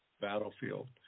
Battlefield